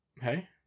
Hey